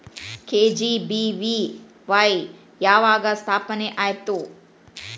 KGBVY ಯಾವಾಗ ಸ್ಥಾಪನೆ ಆತು?